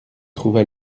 trouva